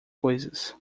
coisas